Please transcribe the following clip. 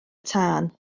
tân